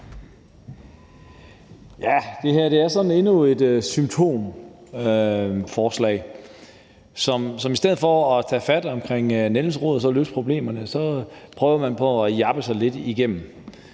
Det her er sådan endnu et symptomforslag. I stedet for at tage fat om nældens rod og løse problemerne prøver man på at jappe sig lidt igennem.